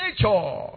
nature